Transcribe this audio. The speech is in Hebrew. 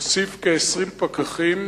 הוסיף כ-20 פקחים